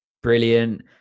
brilliant